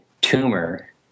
tumor